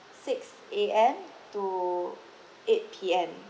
six A_M to eight P_M